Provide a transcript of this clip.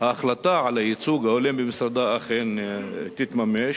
שההחלטה על הייצוג ההולם במשרדה אכן תתממש.